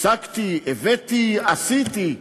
השגתי, הבאתי, עשיתי.